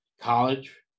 college